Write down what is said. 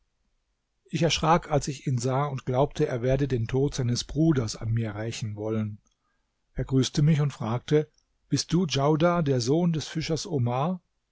ich erschrak als ich ihn sah und glaubte er werde den tod seines bruders an mir rächen wollen er grüßte mich und fragte bist du djaudar der sohn des fischers omar